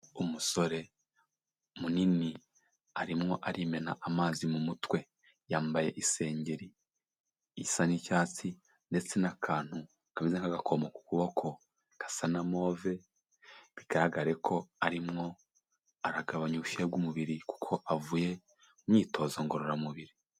Umusore munini, arimo arimena amazi mu mutwe. Yambaye isengeri isa n'icyatsi, ndetse n'akantu kameze nk'agakomo ku kuboko gasa na move, bigaragare ko arimwo, aragabanya ubushyuhe bw'umubiri kuko avuye, mu myitozo ngororamubiri.